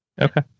Okay